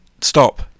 Stop